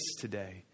today